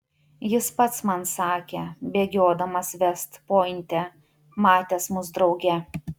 jis pats man sakė bėgiodamas vest pointe matęs mus drauge